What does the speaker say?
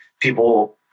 people